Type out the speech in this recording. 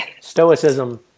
stoicism